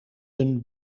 een